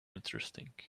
interesting